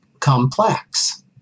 Complex